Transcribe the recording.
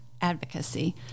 advocacy